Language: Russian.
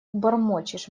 бормочешь